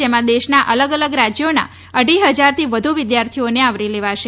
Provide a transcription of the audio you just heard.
જેમાં દેશના અલગ અલગ રાજયોના અઢી હજારથી વધુ વિદ્યાર્થીઓને આવરી લેવાશે